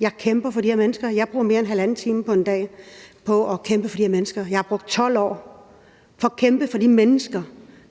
jeg kæmper for de her mennesker. Jeg bruger mere end halvanden time på en dag på at kæmpe for de her mennesker. Jeg har brugt 12 år for at kæmpe for de mennesker,